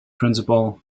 principal